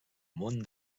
món